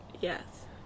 Yes